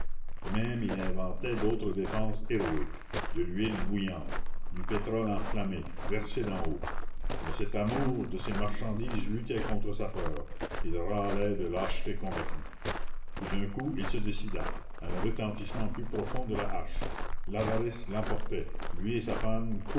même il inventait d'autres défenses héroïques de l'huile bouillante du pétrole enflammé versé d'en haut mais cet amour de ses marchandises luttait contre sa peur il râlait de lâcheté combattue tout d'un coup il se décida à un retentissement plus profond de la hache l'avarice l'emportait lui et sa femme